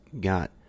got